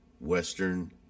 Western